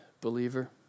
believer